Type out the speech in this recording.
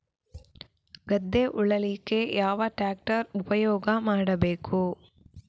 ಗದ್ದೆ ಉಳಲಿಕ್ಕೆ ಯಾವ ಟ್ರ್ಯಾಕ್ಟರ್ ಉಪಯೋಗ ಮಾಡಬೇಕು?